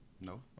No